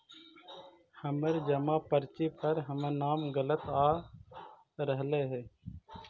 हमर जमा पर्ची पर हमर नाम गलत आ रहलइ हे